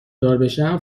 داربشم